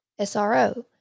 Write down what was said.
SRO